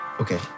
Okay